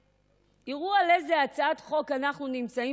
ויראו על איזו הצעת חוק אנחנו נמצאים